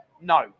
no